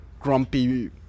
grumpy